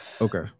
Okay